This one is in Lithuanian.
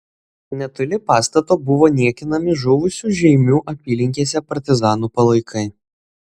netoli pastato buvo niekinami žuvusių žeimių apylinkėse partizanų palaikai